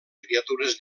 criatures